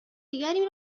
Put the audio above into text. دیگری